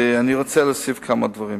אני רוצה להוסיף כמה דברים.